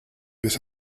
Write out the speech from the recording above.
this